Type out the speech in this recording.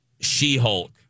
She-Hulk